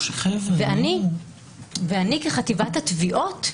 אני כחטיבת התביעות,